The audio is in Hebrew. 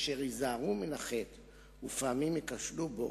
אשר ייזהרו מן החטא ופעמים ייכשלו בו,